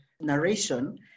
narration